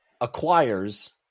acquires